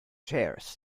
chairs